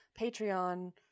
patreon